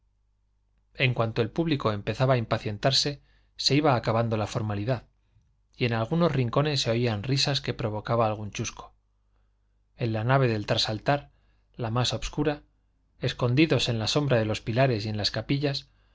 en tanto el público empezaba a impacientarse se iba acabando la formalidad y en algunos rincones se oían risas que provocaba algún chusco en la nave del trasaltar la más obscura escondidos en la sombra de los pilares y en las capillas